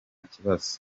kibazo